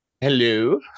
Hello